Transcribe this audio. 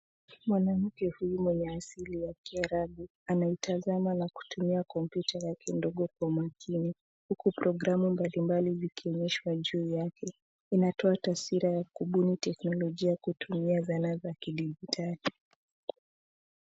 Mwanamke huyu mwenye asili ya kiarabu anaitazama na kutumia kompyuta yake ndogo kwa umakini huku programu mbalimbali zikionyeshwa juu yake. Inatoa taswira ya kubuni teknolojia kutumia zana za kidijitali.